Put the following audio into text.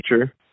feature